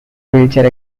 wheelchair